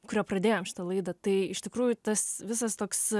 kuria pradėjom šitą laidą tai iš tikrųjų tas visas toks